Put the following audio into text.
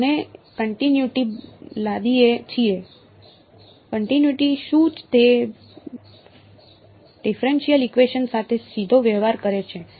અમે કન્ટિનયુટી લાદીએ છીએ તે કન્ટિનયુટી શું તે ડિફરેનશીયલ ઇકવેશન સાથે સીધો વ્યવહાર કરે છે